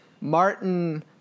Martin